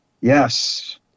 Yes